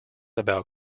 about